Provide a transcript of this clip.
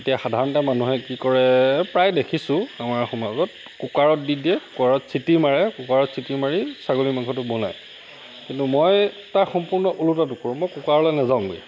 তেতিয়া সাধাৰণতে মানুহে কি কৰে প্ৰায় দেখিছোঁ আমাৰ সমাজত কুকাৰত দি দিয়ে কুকাৰত চিটি মাৰে কুকাৰত চিটি মাৰি ছাগলী মাংসটো বনায় কিন্তু মই তাৰ সম্পূৰ্ণ ওলোটাটো কৰোঁ মই কুকাৰলৈ নাযাওঁগৈ